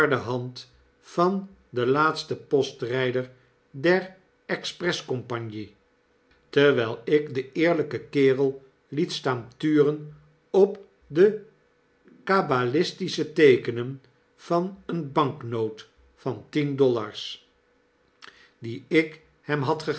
van den laatsten postrijder der express-compagnie terwyl ik den eerlpen kerel liet staan turen op de cabalistische teekenen van eene banknoot van tien dollars die ik hem had